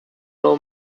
low